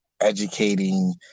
educating